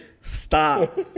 Stop